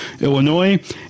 Illinois